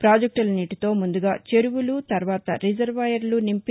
పాజెక్టుల నీటితో ముందుగా చెరువులు తర్వాత రిజర్వాయర్లు నింపి